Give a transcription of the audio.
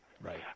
Right